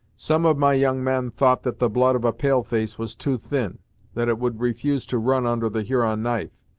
some of my young men thought that the blood of a pale-face was too thin that it would refuse to run under the huron knife.